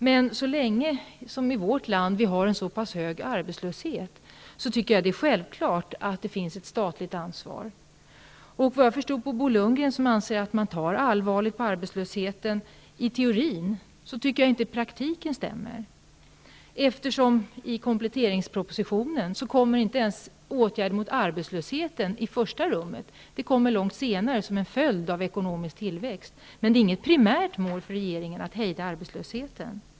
Men så länge som vi i vårt land har en hög arbetslöshet tycker jag att det är självklart att det finns ett statligt ansvar. Jag förstod av vad Bo Lundgren sade att man tar allvarligt på arbetslösheten i teorin. Men praktiken stämmer inte, eftersom åtgärderna mot arbetslösheten i kompletteringspropositionen inte ens kommer i första rummet, de kommer långt senare som en följd av ekonomisk tillväxt. Men det är inget primärt mål för regeringen att hejda arbetslösheten.